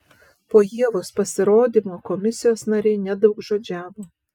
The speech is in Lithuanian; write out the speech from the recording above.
po ievos pasirodymo komisijos nariai nedaugžodžiavo